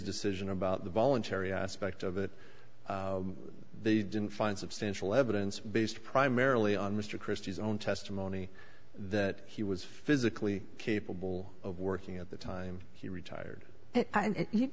decision about the voluntary aspect of it they didn't find substantial evidence based primarily on mr christie's own testimony that he was physically capable of working at the time he retired